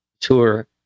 tour